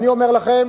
אני אומר לכם